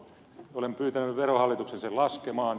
olen pyytänyt verohallituksen sen laskemaan